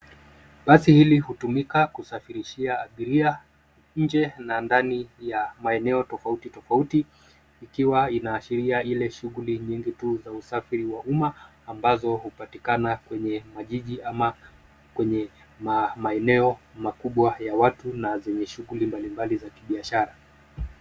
Basi hili hutumika kusafirishia abiria nje na ndani ya maeneo tofauti tofauti, ikiwa inaashiria ile shughuli nyingi tu za umma ambazo hupatikana kwenye majiji ama kwenye maeneo makubwa ya watu na zenye shughuli mbalimbali za kibiashara.